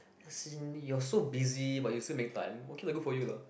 as in you're so busy but you still make time okay lah good for you lah